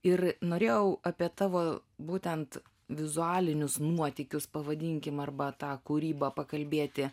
ir norėjau apie tavo būtent vizualinius nuotykius pavadinkim arba tą kūrybą pakalbėti